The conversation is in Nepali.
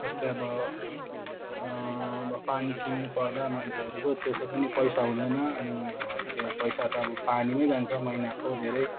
जस्तै अब अब पानी किन्नुपर्दा मान्छेहरूको त्यसै पनि पैसा हुँदैन अनि अब त्यो पैसा त अब पानीमै जान्छ महिनाको धेरै